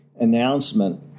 announcement